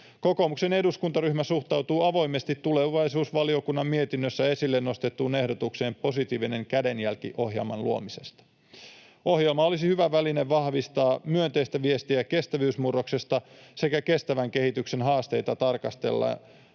Kokoomuksen eduskuntaryhmä suhtautuu avoimesti tulevaisuusvaliokunnan mietinnössä esille nostettuun ehdotukseen Positiivinen kädenjälki ‑ohjelman luomisesta. Ohjelma olisi hyvä väline vahvistaa myönteistä viestiä kestävyysmurroksesta, kun kestävän kehityksen haasteita tarkastellaan